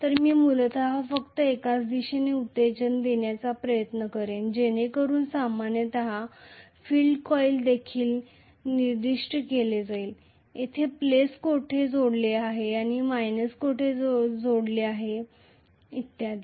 तर मी मूलतः फक्त एकाच दिशेने एक्साइटेशनदेण्याचा प्रयत्न करेन जेणेकरून सामान्यतः फील्ड कॉइल देखील निर्दिष्ट केले जाईल जेथे प्लस कोठे जोडले पाहिजे आणि मायनस कोठे जोडले जावे इत्यादी